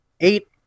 eight